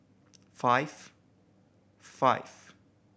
five five